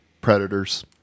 predators